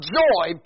joy